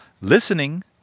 Listening